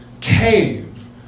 cave